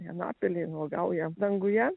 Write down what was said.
į anapilį uogauja danguje